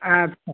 ଆଚ୍ଛା